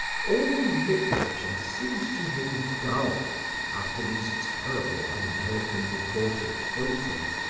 all literature seemed to him dull after these terrible american imported philtres.